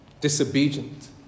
disobedient